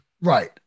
Right